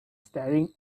staring